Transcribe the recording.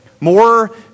more